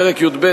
פרק י"ב,